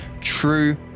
true